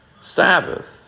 Sabbath